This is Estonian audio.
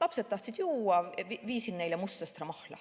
lapsed tahtsid juua, siis ma viisin neile mustsõstramahla.